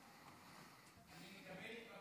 אני מקבל את בקשתך.